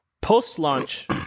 post-launch